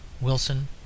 wilson